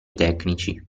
tecnici